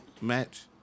match